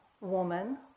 woman